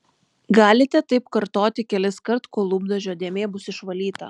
galite taip kartoti keliskart kol lūpdažio dėmė bus išvalyta